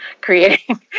creating